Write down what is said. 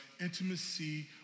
intimacy